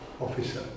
officer